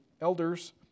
elders